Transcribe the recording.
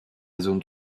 zone